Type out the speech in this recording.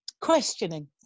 questioning